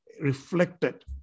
reflected